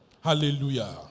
Hallelujah